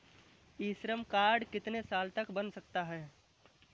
ई Shram card कितने साल तक बन सकता है?